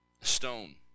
stone